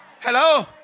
Hello